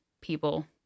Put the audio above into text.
people